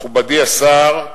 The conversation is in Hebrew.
מכובדי השר,